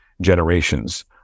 generations